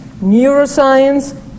neuroscience